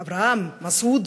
אברהם, מסעוד,